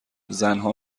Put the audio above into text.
زنها